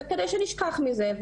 זה כדי שנשכח מזה,